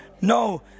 No